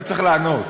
אתה צריך לענות.